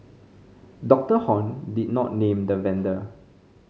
Doctor Hon did not name the vendor